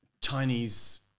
Chinese